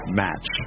match